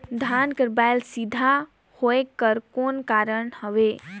धान कर बायल सीधा होयक कर कौन कारण हवे?